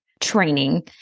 training